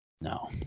No